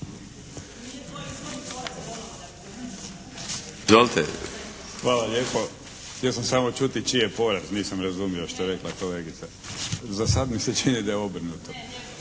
Hvala lijepo. Htio sam samo čuti čiji je poraz, nisam razumio što je rekla kolegica. Za sad mi se čini da je obrnuto.